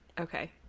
Okay